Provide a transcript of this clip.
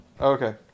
Okay